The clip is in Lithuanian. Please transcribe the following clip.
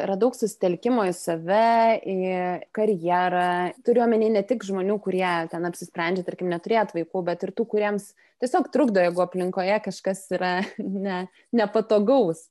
yra daug susitelkimo į save į karjerą turiu omeny ne tik žmonių kurie ten apsisprendžia tarkim neturėt vaikų bet ir tų kuriems tiesiog trukdo jeigu aplinkoje kažkas yra ne nepatogaus